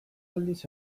aldiz